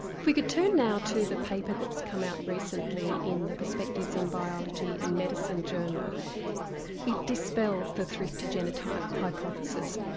if we could turn now to the paper that's come out recently in the perspectives in biology and medicine journal it dispels the thrifty gene genotype hypothesis.